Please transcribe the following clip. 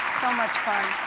so much fun.